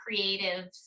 creatives